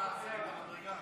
אינו נוכח.